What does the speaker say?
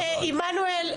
עמנואל,